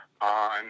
on